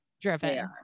driven